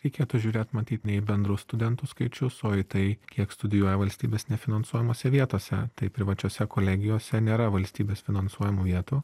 reikėtų žiūrėt matyt ne į bendrus studentų skaičius o į tai kiek studijuoja valstybės nefinansuojamose vietose tai privačiose kolegijose nėra valstybės finansuojamų vietų